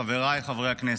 חבריי חברי הכנסת,